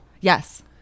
Yes